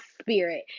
spirit